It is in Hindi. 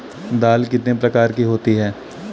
दाल कितने प्रकार की होती है?